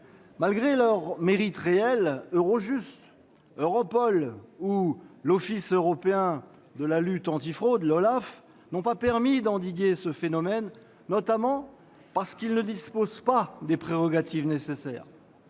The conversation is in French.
Malgré leurs mérites réels, Eurojust, Europol ou l'Office européen de lutte antifraude (OLAF) n'ont pas permis d'endiguer ce phénomène, notamment parce qu'ils ne disposent pas des prérogatives nécessaires.